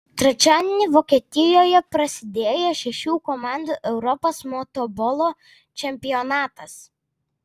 trečiadienį vokietijoje prasidėjo šešių komandų europos motobolo čempionatas